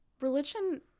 Religion